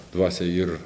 dvasią ir